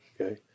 Okay